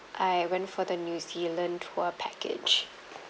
I went for the new zealand tour package